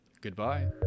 goodbye